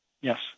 Yes